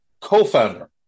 co-founder